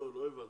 לא הבנת,